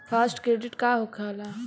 Fast credit का होखेला?